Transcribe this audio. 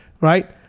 right